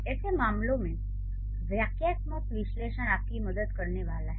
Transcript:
ऐसे मामलों में वाक्यात्मक विश्लेषण आपकी मदद करने वाला है